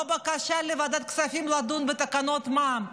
לא בקשה לוועדת כספים לדון בתקנות מע"מ,